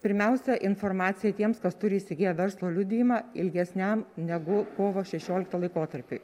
pirmiausia informacija tiems kas turi įsigiję verslo liudijimą ilgesniam negu kovo šešiolikta laikotarpiui